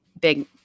big